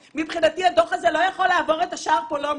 מבחינתי הדו"ח הזה לא יכול לעבור את שער פולומבו.